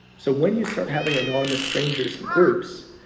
so when you start having anonymous strangers in groups,